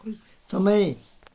समय